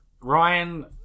Ryan